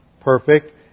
perfect